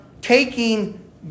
taking